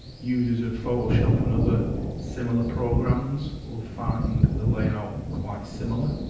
users of photoshop and other similar programs or find the layout quite similar